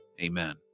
Amen